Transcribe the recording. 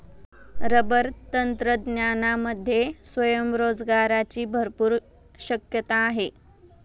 rubber तंत्रज्ञानामध्ये स्वयंरोजगाराची भरपूर शक्यता आहे